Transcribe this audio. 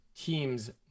teams